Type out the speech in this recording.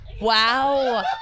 Wow